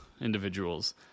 individuals